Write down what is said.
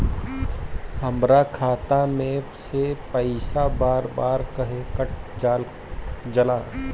हमरा खाता में से पइसा बार बार काहे कट जाला?